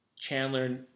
Chandler